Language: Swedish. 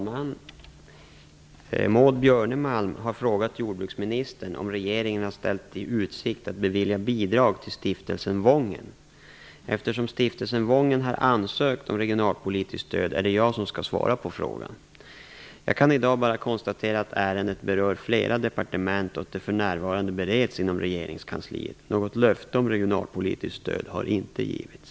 Fru talman! Maud Björnemalm har frågat jordbruksministern om regeringen har ställt i utsikt att bevilja bidrag till Stiftelsen Wången. Eftersom Stiftelsen Wången har ansökt om regionalpolitiskt stöd är det jag som skall svara på frågan. Jag kan i dag bara konstatera att ärendet berör flera departement och att det för närvarande bereds inom regeringskansliet. Något löfte om regionalpolitiskt stöd har inte givits.